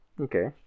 Okay